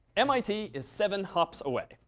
mit is seven hops away.